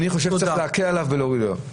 אני חושב שצריך להקל עליו ולהוריד עליו.